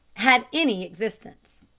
had any existence.